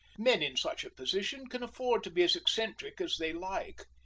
men in such a position can afford to be as eccentric as they like,